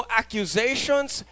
accusations